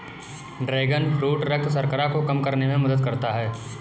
dragon fruit रक्त शर्करा को कम करने में मदद करता है